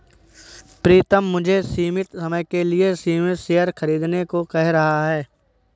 प्रितम मुझे सीमित समय के लिए सीमित शेयर खरीदने को कह रहा हैं